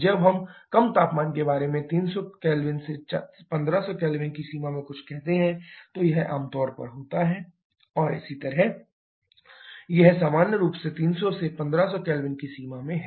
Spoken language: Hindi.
जब हम कम तापमान के बारे में 300 से 1500 K की सीमा में कुछ कहते हैं तो यह आम तौर पर होता है CP a b1 T और इसी तरह Cv ā b1 T यह सामान्य रूप से 300 से 1500 केल्विन की सीमा में है